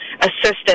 assistance